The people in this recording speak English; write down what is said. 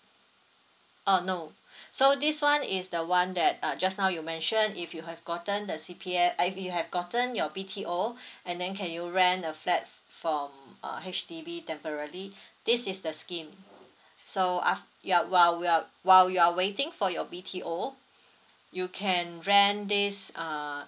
uh no so this one is the one that uh just now you mention if you have gotten the C_P_F uh if you have gotten your B_T_O and then can you rent a flat from um H_D_B temporarily this is the scheme so aft~ ya while we're while you're waiting for your B_T_O you can rent this err